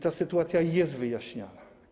Ta sytuacja jest wyjaśniana.